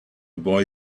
boy